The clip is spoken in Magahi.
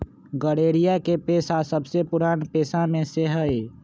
गरेड़िया के पेशा सबसे पुरान पेशा में से हई